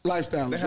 Lifestyle